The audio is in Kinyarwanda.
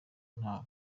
nta